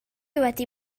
wedi